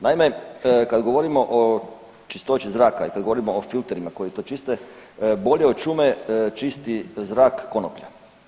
Naime, kad govorimo o čistoći zraka i kad govorimo o filterima koji to čiste bolje od šume čisti zrak konoplja.